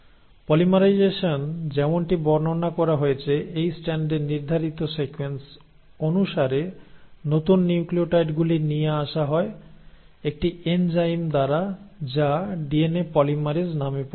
polymerisation যেমনটি বর্ণনা করা হয়েছে এই স্ট্যান্ডের নির্ধারিত সিকোয়েন্স অনুসারে নতুন নিউক্লিওটাইডগুলি নিয়ে আসা হয় একটি এনজাইম দ্বারা যা ডিএনএ পলিমারেজ নামে পরিচিত